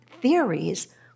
theories